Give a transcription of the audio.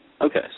Okay